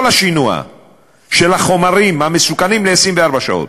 השינוע של החומרים המסוכנים ל-24 שעות,